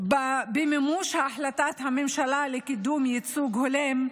במימוש החלטת הממשלה לקידום ייצוג הולם,